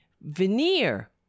veneer